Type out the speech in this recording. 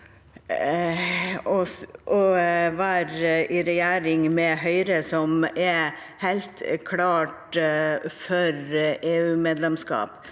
å være i regjering med Høyre, som helt klart er for EU-medlemskap.